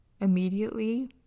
immediately